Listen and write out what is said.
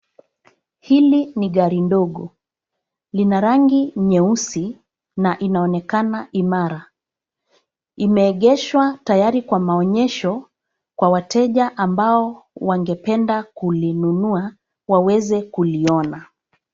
Hili ni gari ndogo. Lina rangi nyeusi na inaonekana imara. Imeegeshwa tayari kwa maonyesho kwa wateja ambao wangependa kulinunua waweze kuliona.